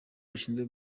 rushinzwe